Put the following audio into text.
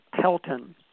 Pelton